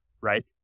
right